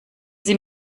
sie